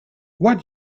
what